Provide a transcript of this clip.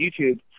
YouTube